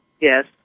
Yes